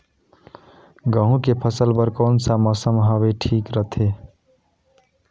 गहूं के फसल बर कौन सा मौसम हवे ठीक रथे?